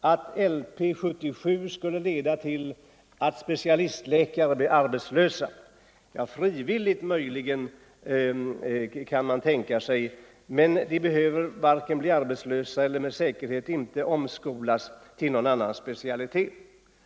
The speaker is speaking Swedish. att LP 77 skulle leda till att specialistläkare blir arbetslösa — frivilligt möjligen, men de behöver inte bli arbetslösa och med säkerhet inte omskolas till någon annan specialitet.